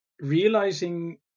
realizing